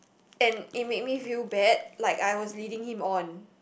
and it made me feel bad like I was leading him on